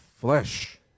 flesh